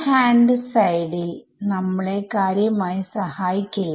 LHS നമ്മളെ കാര്യമായി സഹായിക്കില്ല